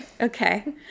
Okay